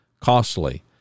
costly